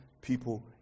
people